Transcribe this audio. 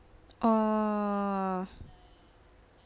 oh